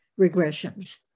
regressions